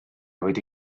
wedi